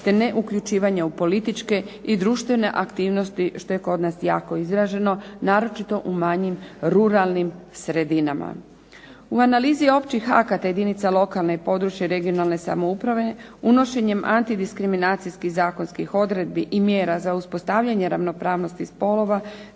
te neuključivanje u političke i društvene aktivnosti što je kod nas jako izraženo, naročito u manjim ruralnim sredinama. U analizi općih akata jedinica lokalne i područne (regionalne) samouprave, unošenjem antidiskriminacijskih zakonskih odredbi i mjera za uspostavljanje ravnopravnosti spolova,